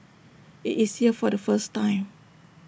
IT is here for the first time